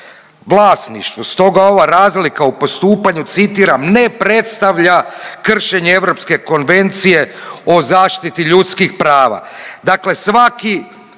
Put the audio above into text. vlasništvu. Stoga ova razlika u postupanju citiram ne predstavlja kršenje Europske konvencije o zaštiti ljudskih prava.